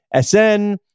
SN